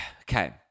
Okay